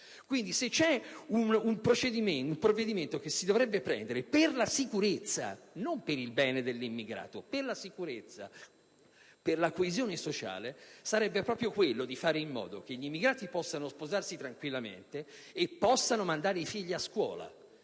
Quindi, se vi è un provvedimento che si dovrebbe prendere per la sicurezza, non per il bene dell'immigrato, e per la coesione sociale sarebbe proprio quello di fare in modo che gli immigrati possano sposarsi tranquillamente e mandare i figli a scuola.